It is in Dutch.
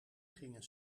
gingen